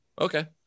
Okay